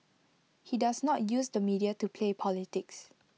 he does not use the media to play politics